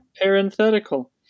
Parenthetical